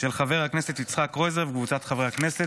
של חבר הכנסת יצחק קרויזר וקבוצת חברי הכנסת.